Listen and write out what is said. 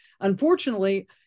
unfortunately